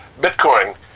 Bitcoin